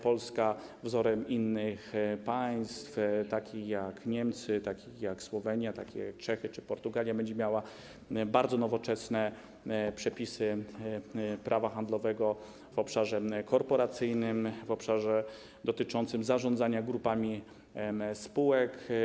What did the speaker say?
Polska wzorem innych państw, takich jak Niemcy, Słowenia, Czechy czy Portugalia, będzie miała bardzo nowoczesne przepisy prawa handlowego w obszarze korporacyjnym, w obszarze dotyczącym zarządzania grupami spółek.